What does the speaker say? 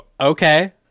Okay